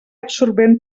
absorbent